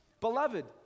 Beloved